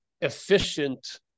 efficient